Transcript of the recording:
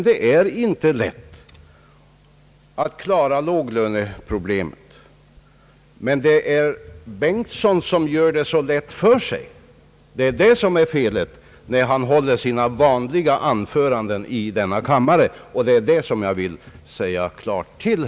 Det är inte lätt att klara låglöneproblemen, det är bara herr Bengtson som gör det så lätt för sig. Däri ligger felet när han håller ett av sina »vanliga» anföranden i denna kammare. Herr Bengtson borde i sitt eget intresse lägga om stil.